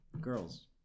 Girls